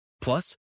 Plus